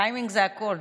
טיימינג זה הכול.